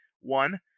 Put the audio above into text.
one